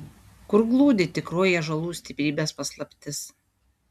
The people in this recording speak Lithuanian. kur glūdi tikroji ąžuolų stiprybės paslaptis